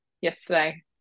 yesterday